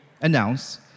announce